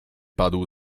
padł